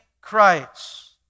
Christ